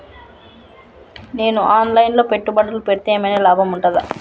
నేను online లో పెట్టుబడులు పెడితే ఏమైనా లాభం ఉంటదా?